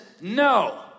no